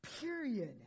period